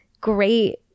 great